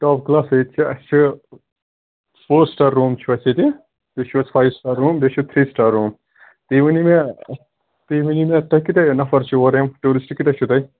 top class rate چھِ اَسہِ چھُ فور سِٹار روٗم چھُ اَسہِ ییٚتہِ بیٚیہِ چھُ اَسہِ فایِو سِٹار روٗم بیٚیہِ چھُ تھرٛی سِٹار روٗم تُہۍ ؤنِو مےٚ تُہۍ ؤنِو مےٚ تۄہہِ کۭتیٛاہ نَفَر چھِ اورٕ یِم ٹوٗرِسٹ کۭتیٛاہ چھُو تۄہہِ